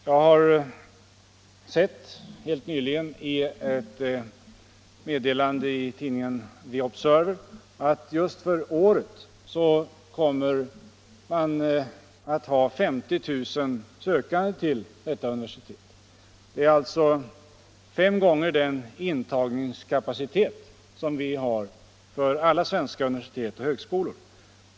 Jag har helt nyligen sett i ett meddelande i tidningen The Observer att man just för året kommer att ha 50 000 studerande vid detta universitet. Det är alltså fem gånger den intagningskapacitet som vi har för alla svenska universitet och högskolor.